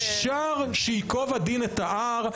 אפשר שייקוב הדין את ההר.